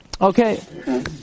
Okay